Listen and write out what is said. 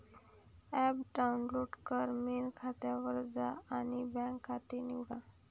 app download कर, main खात्यावर जा आणि बँक खाते निवडा